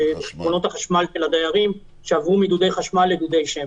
-- בחשבונות החשמל של הדיירים שעברו מדודי חשמל לדודי שמש.